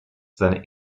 seine